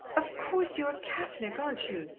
of course, you're a catholic, aren't you?